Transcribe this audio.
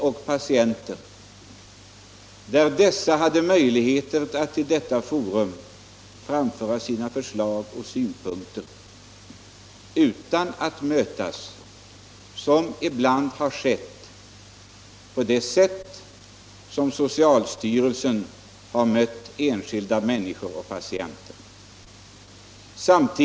I detta forum skulle man då ha möjligheter att framföra sina förslag och synpunkter utan att enskilda människor och patienter skall behöva mötas så som de ibland har mötts av socialstyrelsen.